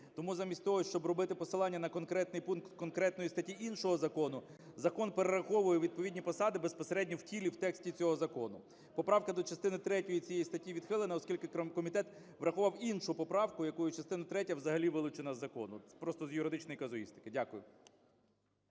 Тому замість того, щоб робити посилання на конкретний пункт конкретної статті іншого закону, закон перераховує відповідні посади безпосередньо в тілі, в тексті цього закону. Поправка до частини третьої цієї статті відхилена, оскільки комітет врахував іншу поправку, якою частина третя взагалі вилучена з закону, просто з юридичної казуїстики. Дякую.